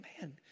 Man